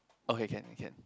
okay can can